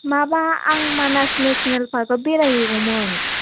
माबा आं Manas national park याव बेराय हैगौमोन